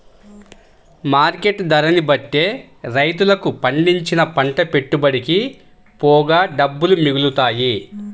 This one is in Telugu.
మార్కెట్ ధరని బట్టే రైతులకు పండించిన పంట పెట్టుబడికి పోగా డబ్బులు మిగులుతాయి